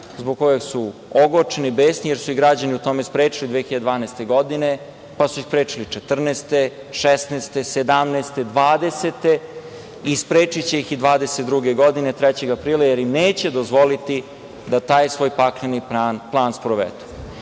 zbog koje su ogorčeni, besni, jer su ih građani u tome sprečili 2012. godine, pa su ih sprečili 2014. godine, 2016. godine, 2017. godine, 2020. godine i sprečiće ih i 2022. godine, 3. aprila, jer im neće dozvoliti da taj svoj pakleni plan sprovedu.I